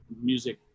music